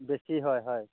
বেছি হয় হয়